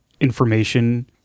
information